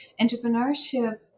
Entrepreneurship